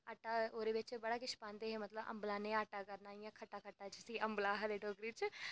आटा ओह्दे बिच बड़ा किश पांदे हे मतलब अम्बला निहां आटा करना जिसी आम्बला आखदे डोगरी बिच